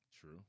True